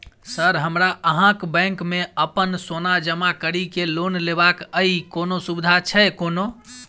Sir हमरा अहाँक bank मे अप्पन सोना जमा करि केँ लोन लेबाक अई कोनो सुविधा छैय कोनो?